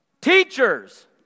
Teachers